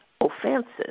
offenses